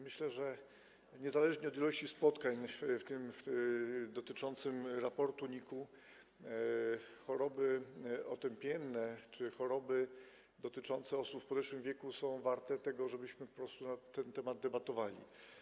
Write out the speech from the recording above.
Myślę, że niezależnie od ilości spotkań, w tym dotyczących raportu NIK-u, choroby otępienne czy choroby dotyczące osób w podeszłym wieku są warte tego, żebyśmy po prostu na ten temat debatowali.